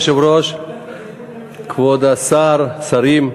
אדוני היושב-ראש, כבוד השרים,